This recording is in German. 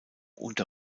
unter